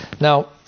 Now